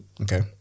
Okay